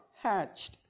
hatched